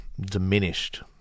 diminished